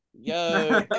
Yo